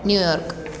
New York